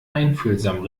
einfühlsam